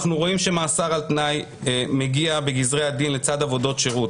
אנחנו רואים שמאסר על תנאי מגיע בגזרי דין לצד עבודות שירות.